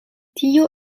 tio